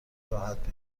راحت